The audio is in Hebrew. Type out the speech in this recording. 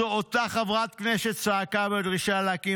זו אותה חברת כנסת שצעקה בדרישה להקים